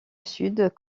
sud